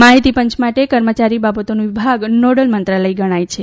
માહિતી પંચ માટે કર્મચારી બાબતોનો વિભાગ નોડલ મંત્રાલય ગણાય છે